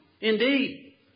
indeed